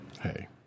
hey